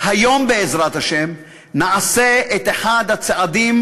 היום, בעזרת השם, נעשה את אחד הצעדים